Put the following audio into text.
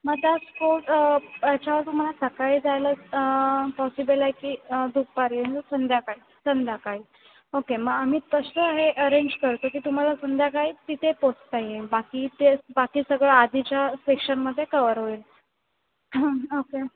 मग त्यात स्पोर्ट याच्यावर तुम्हाला सकाळी जायला पॉसिबल आहे की दुपारी की संध्याकाळी संध्याकाळी ओके मग आम्ही तसं हे अरेंज करतो की तुम्हाला संध्याकाळी तिथे पोचता येईल बाकी ते बाकी सगळं आधीच्या सेक्शनमध्ये कवर होईल हं ओके